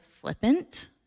flippant